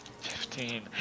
Fifteen